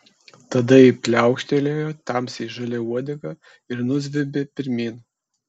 tada ji pliaukštelėjo tamsiai žalia uodega ir nuzvimbė pirmyn